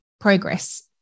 progress